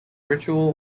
ritual